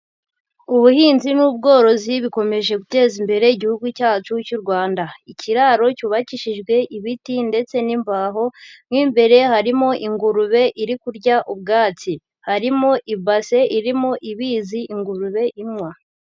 Ubuhinzi n'ubworozi bikomeje guteza imbere igihugu cyacu cy'u Rwanda. Ikiraro cyubakishijwe ibiti ndetse n'imbaho, mo imbere harimo ingurube iri kurya ubwatsi. Harimo ibase irimo ibizi ingurube inywa.